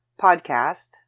podcast